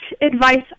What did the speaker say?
advice